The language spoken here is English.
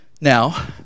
Now